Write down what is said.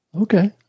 Okay